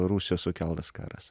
rusijos sukeltas karas